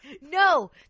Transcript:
No